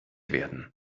werden